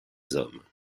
hommes